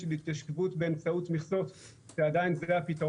אפשר לספק לזה מענה ותוספות משמעותיות יותר בסעיפים